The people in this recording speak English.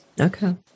Okay